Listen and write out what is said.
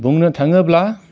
बुंनो थाङोब्ला